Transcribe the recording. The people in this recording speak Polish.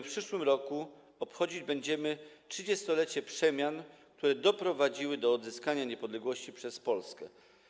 W przyszłym roku bowiem obchodzić będziemy trzydziestolecie przemian, które doprowadziły do odzyskania niepodległości przez Polskę.